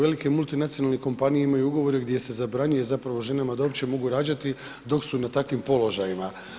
Velike multinacionalne kompanije imaju ugovore gdje se zabranjuju zapravo ženama da uopće mogu rađati dok su na takvim položajima.